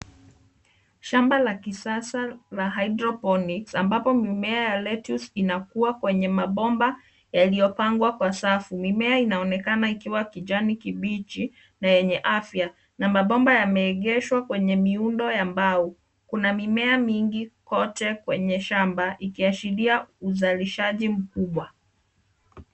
Shamba la kisasa la hydroponics ambapo mimea ya lettuce inakua kwenye mabomba yaliyopangwa kwa safu. Mimea inaonekana ikiwa kijani kibichi na yenye afya na mabomba yameegeshwa kwenye miundo ya mbao. Kuna mimea mingi kote kwenye shamba ikiashiria uzalishaji mkubwa.